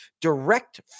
direct